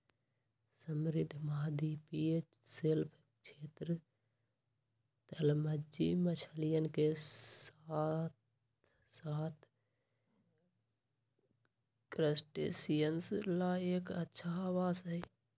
समृद्ध महाद्वीपीय शेल्फ क्षेत्र, तलमज्जी मछलियन के साथसाथ क्रस्टेशियंस ला एक अच्छा आवास हई